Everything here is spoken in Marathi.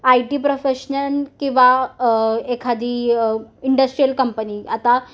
आय टी प्रोफेशन किंवा एखादी इंडस्ट्रियल कंपनी आता